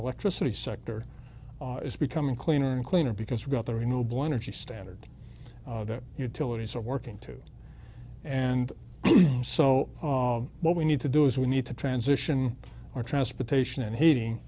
electricity sector is becoming cleaner and cleaner because we've got the renewable energy standard that utilities are working to and so what we need to do is we need to transition our transportation and heating